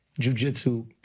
jujitsu